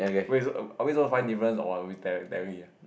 wait so are we suppose to find difference or what we pairing here